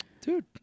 Dude